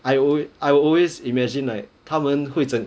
I will I will always imagine like 他们会怎